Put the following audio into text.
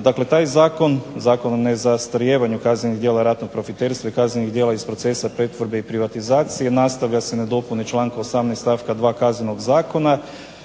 Dakle taj zakon, Zakon o nezastarijevanju kaznenih djela ratnog profiterstva i kaznenih djela iz procesa pretvorbe i privatizacije nastavlja se na dopune članka 18. stavka 2. Kaznenog zakona